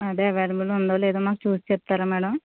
అదే అవైలబుల్ ఉందో లేదో మాకు చూసి చెప్తారా మేడం